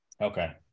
Okay